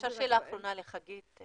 אפשר שאלה אחרונה לחגית?